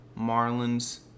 Marlins